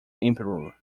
emperor